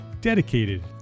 dedicated